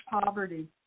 poverty